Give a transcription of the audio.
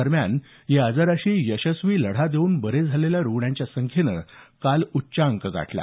दरम्यान या आजाराशी यशस्वी लढा देऊन बरे झालेल्या रुग्णांच्या संख्येने काल उच्चांक गाठला